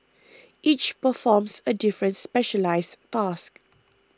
each performs a different specialised task